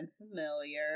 unfamiliar